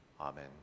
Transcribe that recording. amen